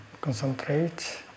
Concentrate